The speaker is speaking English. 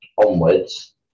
onwards